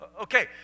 Okay